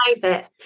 private